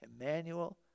Emmanuel